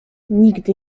nigdy